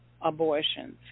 abortions